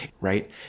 right